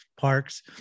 parks